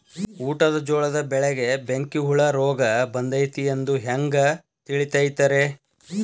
ಊಟದ ಜೋಳದ ಬೆಳೆಗೆ ಬೆಂಕಿ ಹುಳ ರೋಗ ಬಂದೈತಿ ಎಂದು ಹ್ಯಾಂಗ ತಿಳಿತೈತರೇ?